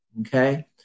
Okay